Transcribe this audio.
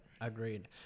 agreed